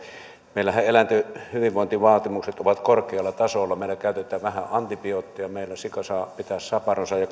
meillähän eläinten hyvinvointivaatimukset ovat korkealla tasolla meillä käytetään vähän antibiootteja meillä sika saa pitää saparonsa ja